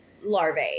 larvae